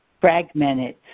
fragmented